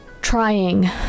trying